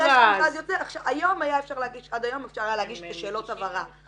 אחרי שהמכרז יוצא עד היום היה אפשר להגיש את השאלות הבהרה.